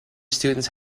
students